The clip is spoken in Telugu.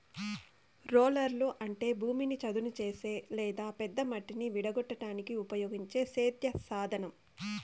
రోలర్లు అంటే భూమిని చదును చేసే లేదా పెద్ద మట్టిని విడగొట్టడానికి ఉపయోగించే సేద్య సాధనం